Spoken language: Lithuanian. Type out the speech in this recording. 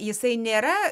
jisai nėra